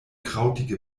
krautige